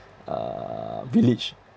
uh village